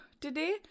today